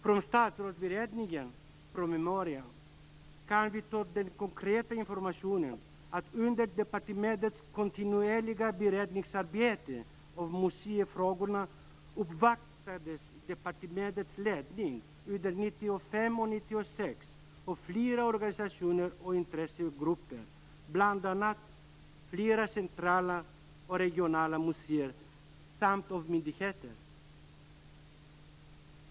Från Statsrådsberedningens promemoria får vi den konkreta informationen att under departementets kontinuerliga beredningsarbete av museifrågorna uppvaktades departementets ledning under 1995 och 1996 av flera organisationer och intressegrupper, bl.a. flera centrala och regionala museer samt myndigheter.